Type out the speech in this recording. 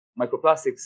microplastics